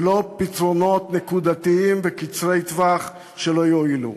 ולא פתרונות נקודתיים וקצרי טווח שלא יועילו.